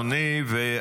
תודה רבה, אדוני.